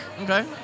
Okay